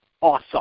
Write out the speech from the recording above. awesome